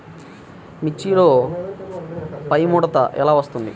మిర్చిలో పైముడత ఎలా వస్తుంది?